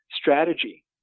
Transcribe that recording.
strategy